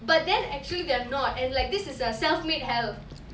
but then actually they are not and like this is a self made hell service